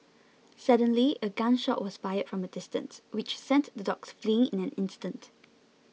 suddenly a gun shot was fired from a distance which sent the dogs fleeing in an instant